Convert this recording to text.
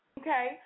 Okay